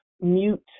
mute